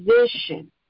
position